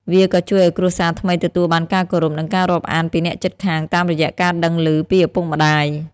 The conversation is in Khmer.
វាក៏ជួយឱ្យគ្រួសារថ្មីទទួលបានការគោរព និងការរាប់អានពីអ្នកជិតខាងតាមរយៈការដឹងឮពីឪពុកម្ដាយ។